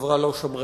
חברה לא שמרנית,